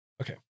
Okay